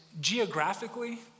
geographically